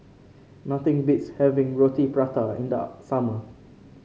nothing beats having Roti Prata in the summer